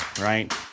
right